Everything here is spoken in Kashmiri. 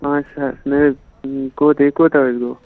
پانٛژھ ساس نہَ حظ کوت یہِ کوتاہ حظ گوٚو